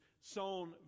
sown